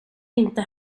inte